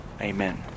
Amen